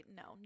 no